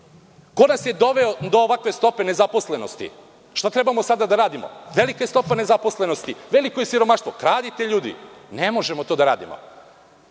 Ko nas je doveo do ovakve stope nezaposlenosti? Šta trebamo sada da radimo? Velika je stopa nezaposlenosti, veliko je siromaštvo, kradite ljudi. Ne možemo to da radimo.